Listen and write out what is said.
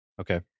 Okay